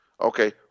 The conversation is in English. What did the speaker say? Okay